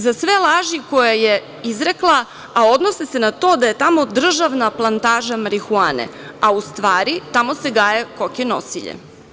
Za sve laži koje je izrekla, a odnose se na to da je tamo državna plantaža marihuane, a u stvari tamo se gaje koke nosilje.